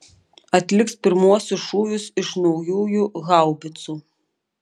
atliks pirmuosius šūvius iš naujųjų haubicų